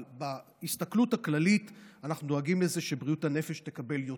אבל בהסתכלות הכללית אנחנו דואגים לזה שבריאות הנפש תקבל יותר.